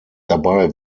dabei